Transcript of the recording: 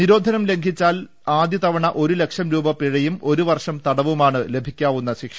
നിരോധനം ലംഘിച്ചാൽ ആദൃതവണ ഒരു ലക്ഷം രൂപ പിഴയും ഒരു വർഷം തടവുമാണ് ലഭിക്കാവുന്ന ശിക്ഷ